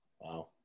wow